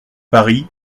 paris